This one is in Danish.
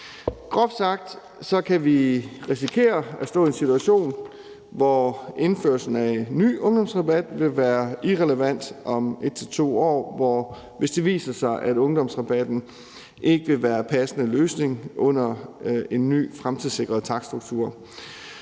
Groft sagt kan vi risikere at stå i en situation, hvor indførelsen af en ny ungdomsrabat vil være irrelevant om 1-2 år, hvis det viser sig, at ungdomsrabatten ikke vil være en passende løsning under en ny fremtidssikret takststruktur,